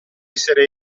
essere